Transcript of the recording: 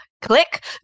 click